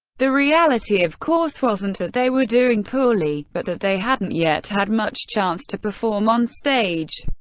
the reality of course wasn't that they were doing poorly, but that they hadn't yet had much chance to perform onstage.